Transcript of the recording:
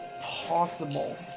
possible